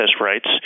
rights